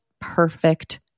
perfect